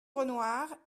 renoir